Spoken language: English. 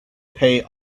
pay